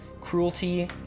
cruelty